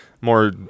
more